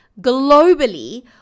globally